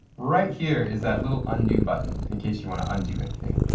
right here is that little undo button in case you want to undo anything.